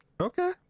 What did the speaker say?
Okay